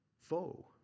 foe